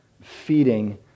feeding